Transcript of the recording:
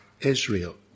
Israel